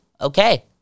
Okay